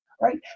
right